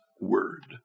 word